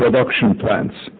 production plants